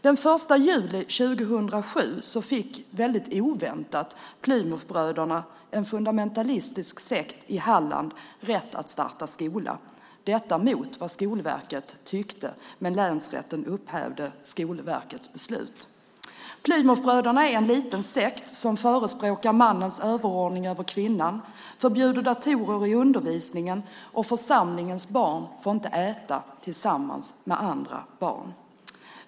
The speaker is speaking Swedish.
Den 1 juli 2007 fick Plymouthbröderna, en fundamentalistisk sekt i Halland, oväntat rätt att starta skola - detta tvärtemot vad Skolverket tyckte. Länsrätten upphävde Skolverkets beslut. Plymouthbröderna är en liten sekt som förespråkar mannens överordning över kvinnan och förbjuder datorer i undervisningen. Församlingens barn får inte äta tillsammans med andra barn.